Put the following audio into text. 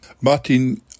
Martin